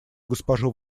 госпожу